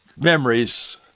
memories